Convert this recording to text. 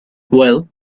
well